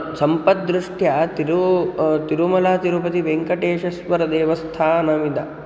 सम्पद्दृष्ट्या तिरु तिरुमलातिरुपतिः वेङ्कटेश्वरदेवस्थानमिदं